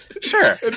Sure